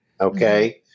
okay